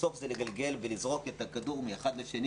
בסוף זה לגלגל ולזרוק את הכדור מאחד לשני